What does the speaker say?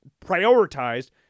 prioritized